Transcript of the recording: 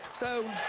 so.